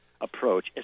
approach